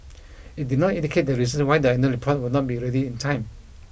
it did not indicate the reason why the annual report will not be ready in time